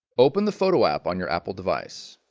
open the photo app on your apple device.